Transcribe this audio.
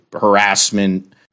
harassment